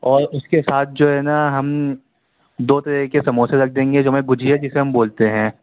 اور اس کے ساتھ جو ہے نا ہم دو طرح کے سموسے رکھ دیں گے جو ہم گجیا جسے بولتے ہیں